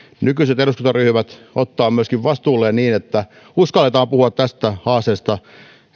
nykyiset eduskuntaryhmät ottavat sen vastuulleen niin että uskalletaan puhua tästä haasteesta